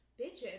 bitches